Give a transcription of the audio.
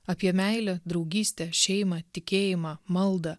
apie meilę draugystę šeimą tikėjimą maldą